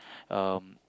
um